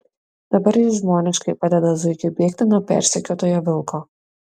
dabar jis žmoniškai padeda zuikiui bėgti nuo persekiotojo vilko